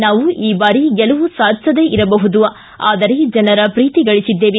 ನಾವು ಈ ಬಾರಿ ಗೆಲುವು ಸಾಧಿಸದೇ ಇರಬಹುದು ಆದರೆ ಜನರ ಪ್ರೀತಿ ಗಳಿಸಿದ್ದೇವೆ